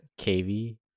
KV